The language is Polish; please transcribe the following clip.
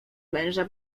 męża